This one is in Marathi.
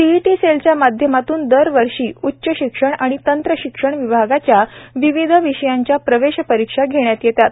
सीईटी सेलच्या माध्यमातून दरवर्षी उच्च शिक्षण आणि तंत्र शिक्षण विभागाच्या विविध विषयांच्या प्रवेश परीक्षा घेण्यात येतात